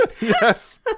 yes